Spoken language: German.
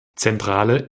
zentrale